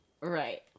Right